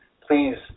please